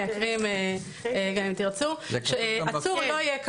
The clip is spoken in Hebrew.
אני מקריאה לך מהחוק.